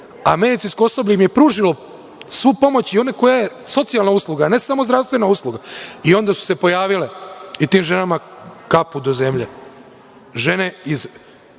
a medicinsko osoblje im je pružilo svu pomoć, i onu koja je socijalna usluga, a ne samo zdravstvena usluga i onda su se pojavile, i tim ženama kapu do zemlje, žene iz